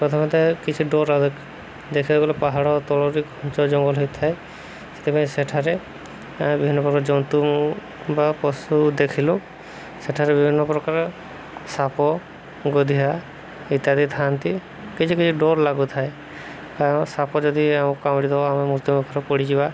ପ୍ରଥମତେ କିଛି ଡର ଦେଖିବାକୁ ଗଲେ ପାହାଡ଼ ତଳରେ ଘଞ୍ଚ ଜଙ୍ଗଲ ହେଇଥାଏ ସେଥିପାଇଁ ସେଠାରେ ବିଭିନ୍ନ ପ୍ରକାର ଜନ୍ତୁ ବା ପଶୁ ଦେଖିଲୁ ସେଠାରେ ବିଭିନ୍ନ ପ୍ରକାର ସାପ ଗଧିଆ ଇତ୍ୟାଦି ଥାଆନ୍ତି କିଛି କିଛି ଡର ଲାଗୁଥାଏ କାରଣ ସାପ ଯଦି ଆମକୁ କାମୁଡ଼ି ଦବ ଆମେ ମୃତ୍ୟୁ ମୁଖରେ ପଡ଼ିଯିବା